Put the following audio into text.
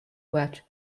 watch